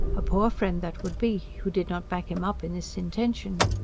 a poor friend that would be who did not back him up in this intention.